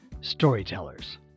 Storytellers